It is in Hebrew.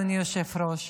אדוני היושב-ראש,